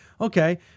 okay